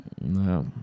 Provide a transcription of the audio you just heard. No